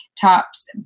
tops